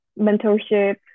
mentorship